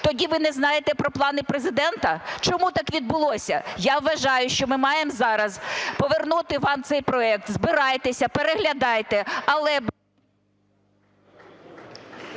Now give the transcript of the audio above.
Тоді ви не знаєте про плани Президента? Чому так відбулося? Я вважаю, що ми маємо зараз повернути вам цей проект. Збирайтеся, переглядайте,